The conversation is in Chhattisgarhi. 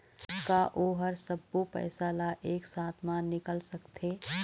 का ओ हर सब्बो पैसा ला एक साथ म निकल सकथे?